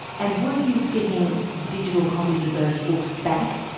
and were you getting digital copies of those books back?